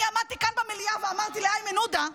אני עמדתי כאן במליאה ואמרתי לאיימן עודה,